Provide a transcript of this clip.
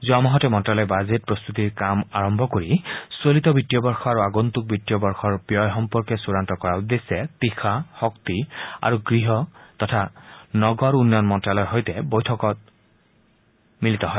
যোৱা মাহতে মন্ত্যালয়ে বাজেট প্ৰস্ত্বতিৰ কাম আৰম্ভ কৰি চলিত বিত্তীয় বৰ্ষ আৰু আগল্তক বিত্তীয় বৰ্ষৰ ব্যয় সম্পৰ্কে চূড়ান্ত কৰাৰ উদ্দেশ্যে তীখা শক্তি আৰু গৃহ আৰু নগৰ উন্নয়ন মন্ত্ৰ্যালয়ৰ সৈতে বৈঠক মিলিত হয়